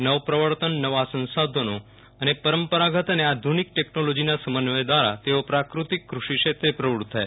નવપ્રવર્તન નવા સંશોધનો પરંપરાગત અને આધુનિક ટેકનોલોજીના સમન્વય દ્વારા તેઓ પ્રાકૃતિક કૃષિ ક્ષેત્રે પ્રવૃત્ત થાય